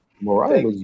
Mariah